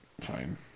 fine